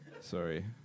Sorry